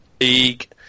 League